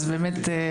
אז באמת,